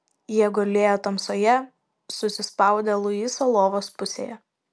jie gulėjo tamsoje susispaudę luiso lovos pusėje